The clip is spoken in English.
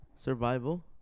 Survival